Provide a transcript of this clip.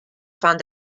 fan